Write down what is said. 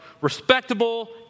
respectable